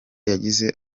yagize